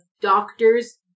doctors